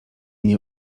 nie